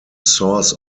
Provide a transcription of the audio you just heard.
source